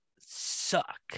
suck